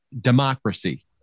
democracy